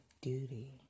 duty